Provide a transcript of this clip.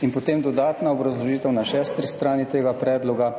In potem dodatna obrazložitev na 6. strani tega predloga: